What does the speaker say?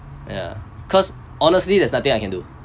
ya cause honestly there's nothing I can do